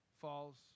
falls